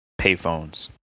payphones